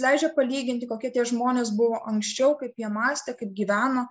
leidžia palyginti kokie tie žmonės buvo anksčiau kaip jie mąstė kaip gyveno